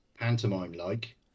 pantomime-like